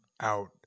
out